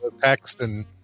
Paxton